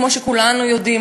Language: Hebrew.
כמו שכולנו יודעים,